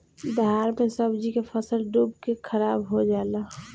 दहाड़ मे सब्जी के फसल डूब के खाराब हो जला